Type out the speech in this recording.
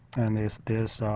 and there is this